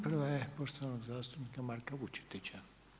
Prva je poštovanog zastupnika Marka Vučetića.